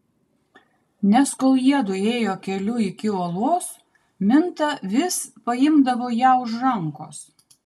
nes kol jiedu ėjo keliu iki uolos minta vis paimdavo ją už rankos